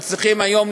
הם צריכים היום,